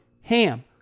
HAM